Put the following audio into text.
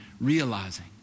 realizing